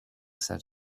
said